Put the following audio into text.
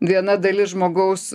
viena dalis žmogaus